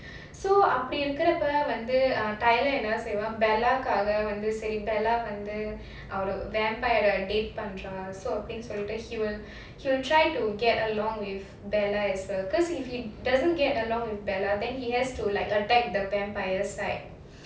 so அப்டி இருக்கிறப்ப வந்து:apdi irukurapa vandhu ah tyler என்ன செய்வா:enna seivaa bella வாக்காக வந்து:vaakkaaga vandhu bella சரி:sari vampire date பண்ற:pandra he will he'll try to get along with bella as well because if he doesn't get along with bella then he has to like to attack the vampire side